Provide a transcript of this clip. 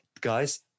guys